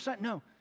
No